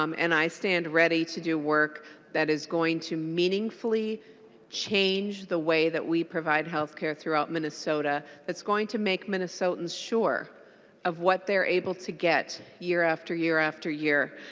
um and i stand ready to do work that is going to meaningfully change the way that we provide healthcare throughout minnesota. that's going to make minnesotans sure of what they're able to get your after year after year.